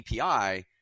api